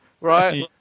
right